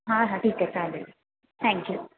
हां हां ठीक आहे चालेल थँक्यू